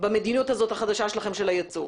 במדיניות החדשה שלכם של היצוא.